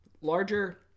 larger